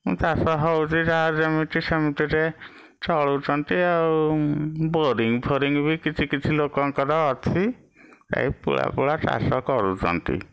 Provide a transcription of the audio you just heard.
ଚାଷ ହେଉଛି ଯାହା ଯେମିତି ସେମିତିରେ ଚଳୁଛନ୍ତି ଆଉ ବୋରିଙ୍ଗଫୋରିଙ୍ଗ ବି କିଛି କିଛି ଲୋକଙ୍କର ଅଛି ଏଇ ପୁଳା ପୁଳା ଚାଷ କରୁଛନ୍ତି